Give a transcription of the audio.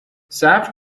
صبر